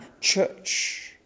church